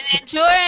enjoy